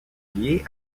lié